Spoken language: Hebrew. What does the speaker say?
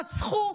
רצחו,